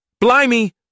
Blimey